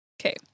Okay